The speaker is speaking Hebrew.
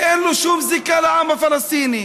שאין לו שום זיקה לעם הפלסטיני,